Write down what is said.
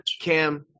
Cam